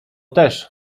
też